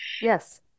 Yes